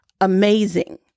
amazing